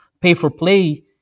pay-for-play